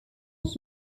cash